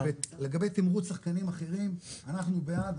לגבי תמרוץ שחקנים אחרים, אנחנו בעד.